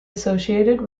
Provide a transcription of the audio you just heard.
associated